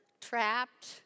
trapped